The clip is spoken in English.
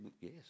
Yes